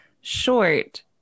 short